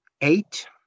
eight